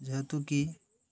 ଯେହେତୁ କି